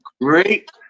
great